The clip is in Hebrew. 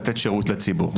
לתת שירות לציבור.